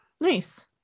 Nice